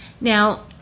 now